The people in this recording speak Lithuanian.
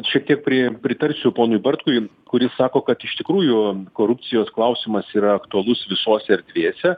šiek tiek pri pritarsiu ponui bartkui kuris sako kad iš tikrųjų korupcijos klausimas yra aktualus visose erdvėse